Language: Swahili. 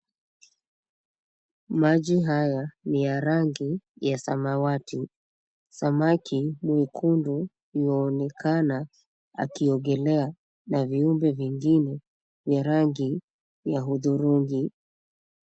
Maji haya ni ya rangi ya samawati. Samaki mwekundu yuonekana akiogelea na viumbe vingine vya rangi ya hudhurungi.